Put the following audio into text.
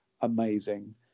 amazing